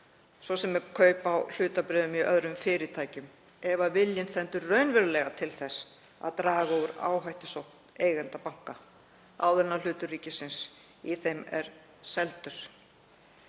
svo sem við kaup á hlutabréfum í öðrum fyrirtækjum, ef viljinn stendur raunverulega til þess að draga úr áhættusókn eigenda banka áður en hlutur ríkisins í þeim er seldur?